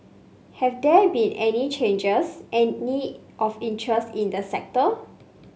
have there been any changes any of interest in the sector